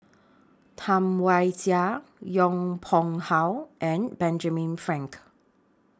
Tam Wai Jia Yong Pung How and Benjamin Frank